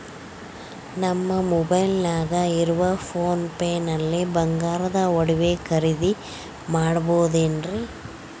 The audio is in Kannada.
ನಮ್ಮ ಮೊಬೈಲಿನಾಗ ಇರುವ ಪೋನ್ ಪೇ ನಲ್ಲಿ ಬಂಗಾರದ ಒಡವೆ ಖರೇದಿ ಮಾಡಬಹುದೇನ್ರಿ?